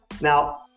Now